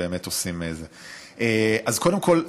קודם כול,